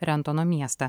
rentono miestą